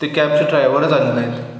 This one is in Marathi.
ते कॅबचे ड्रायवरच आले नाहीत